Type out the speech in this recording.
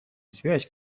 связь